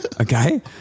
Okay